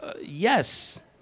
yes